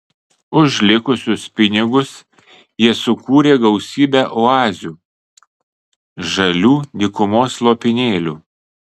už likusius pinigus jie sukūrė gausybę oazių žalių dykumos lopinėlių